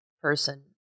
person